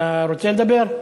אתה רוצה לדבר?